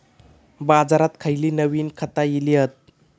बाजारात खयली नवीन खता इली हत?